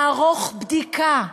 לערוך בדיקה.